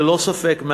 ללא ספק,